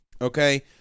okay